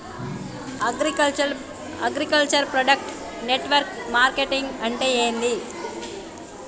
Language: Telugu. అగ్రికల్చర్ ప్రొడక్ట్ నెట్వర్క్ మార్కెటింగ్ అంటే ఏంది?